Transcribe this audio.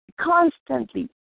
constantly